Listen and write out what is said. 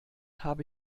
habe